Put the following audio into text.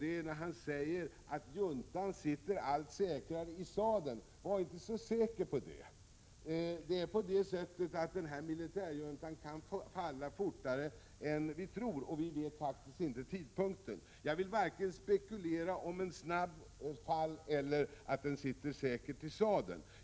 Det gäller när han säger att juntan sitter allt säkrare i sadeln. Var inte så säker på det. Militärjuntan kan falla fortare än vi tror, och vi vet inte tidpunkten. Jag vill spekulera varken över ett snabbt fall eller över att den sitter säkert i sadeln.